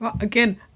Again